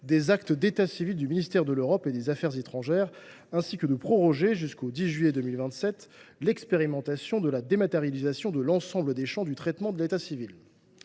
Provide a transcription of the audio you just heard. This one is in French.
des actes d’état civil du ministère de l’Europe et des affaires étrangères, ainsi qu’à proroger jusqu’au 10 juillet 2027 l’expérimentation de la dématérialisation de l’ensemble des champs du traitement de l’état civil.